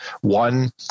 one